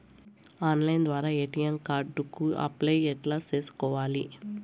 Online ద్వారా ATM card కు apply ఎట్లా సేసుకోవాలి?